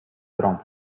trump